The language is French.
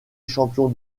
champion